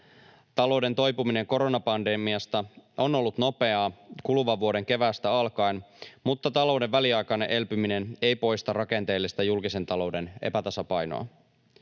Talouden toipuminen koronapandemiasta on ollut nopeaa kuluvan vuoden keväästä alkaen, mutta talouden väliaikainen elpyminen ei poista rakenteellista julkisen talouden epätasapainoa.